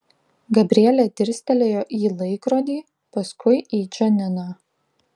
gabrielė dirstelėjo į laikrodį paskui į džaniną